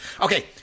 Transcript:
okay